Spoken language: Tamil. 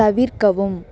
தவிர்க்கவும்